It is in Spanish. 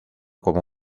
como